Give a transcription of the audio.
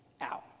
out